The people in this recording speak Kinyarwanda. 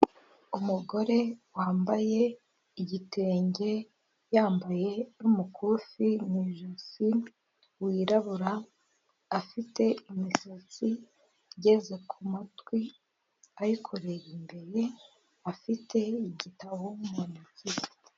Umugore wambaye igitenge yambaye n'umukufi mu ijosi wirabura, afite imisatsi igeze ku matwi ayikoreye imbere, afite igitabo mu ntoki ze.